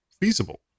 feasible